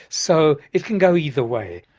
so it can go either way.